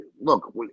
look